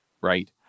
right